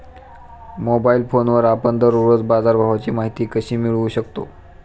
Mobile फोनवर आपण दररोज बाजारभावाची माहिती कशी मिळवू शकतो?